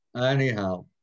anyhow